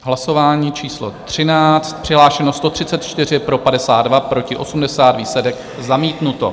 Hlasování číslo 13, přihlášeno 134, pro 52, proti 80, výsledek: zamítnuto.